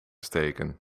steken